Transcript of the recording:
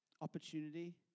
opportunity